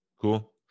Cool